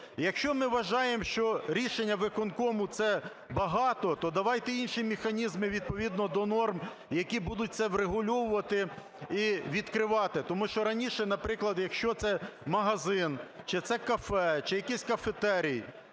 Якщо ми вважаємо, що рішення виконкому – це багато, то давайте інші механізми, відповідно до норм, які будуть це врегульовувати і відкривати. Тому що раніше, наприклад, якщо це магазин чи це кафе, чи якийсь кафетерій